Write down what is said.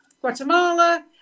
guatemala